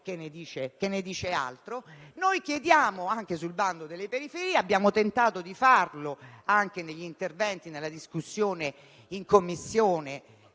che ne dice altre. Noi chiediamo anche sul bando delle periferie - abbiamo tentato di farlo anche negli interventi nel corso della discussione in Commissione,